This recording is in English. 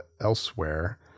elsewhere